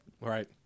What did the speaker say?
right